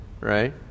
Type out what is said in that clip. Right